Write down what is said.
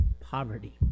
poverty